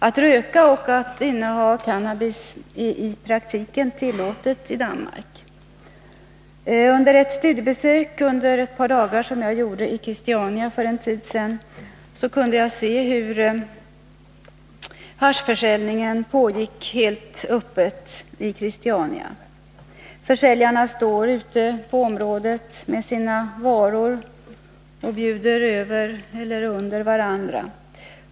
Att röka och att inneha cannabis är i praktiken tillåtet i Danmark. Vid ett studiebesök under ett par dagar som jag gjorde i Christiania för en tid sedan kunde jag se hur haschförsäljningen pågick helt öppet. Försäljarna står ute på området med sina varor och bjuder under varandra.